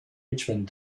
richmond